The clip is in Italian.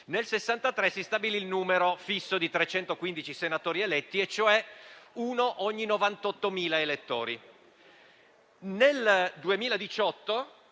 Nel 1963 si stabilì il numero fisso di 315 senatori eletti, cioè uno ogni 98.000 elettori. Nel 2018,